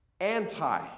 Anti